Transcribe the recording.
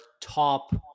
top